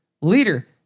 leader